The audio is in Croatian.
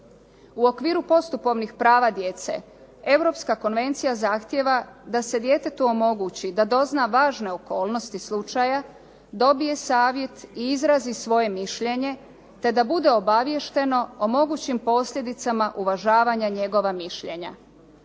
U okviru postupovnih prava djece europska konvencija zahtjeva da se djetetu omogući da dozna važne okolnosti slučaja, dobije savjet i izrazi svoje mišljenje te da bude obaviješteno o mogućim posljedicama uvažavanja njegova mišljenja.